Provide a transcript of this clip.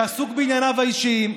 שעסוק בענייניו האישיים.